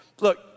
Look